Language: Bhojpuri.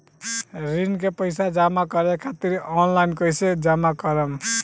ऋण के पैसा जमा करें खातिर ऑनलाइन कइसे जमा करम?